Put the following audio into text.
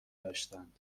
داشتند